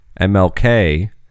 MLK